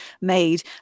made